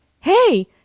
hey